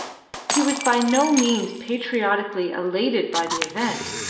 he was by no means patriotically elated by the event,